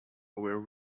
were